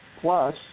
Plus